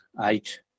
eight